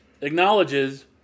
acknowledges